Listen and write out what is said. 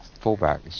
fullback